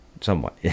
Somewhat